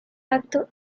acto